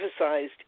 emphasized